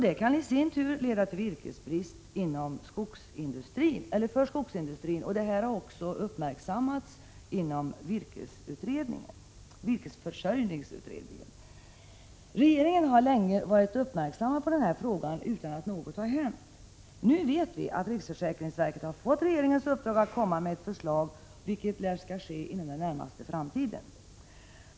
Det kan i sin tur orsaka virkesbrist för skogsindustrin. Detta har också uppmärksammats inom virkesförsörjningsutredningen. Regeringen har länge varit uppmärksammad på frågan utan att något har hänt. Nu vet vi att riksförsäkringsverket har fått regeringens uppdrag att lägga fram ett förslag, vilket lär skola ske inom den närmaste framtiden.